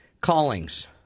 callings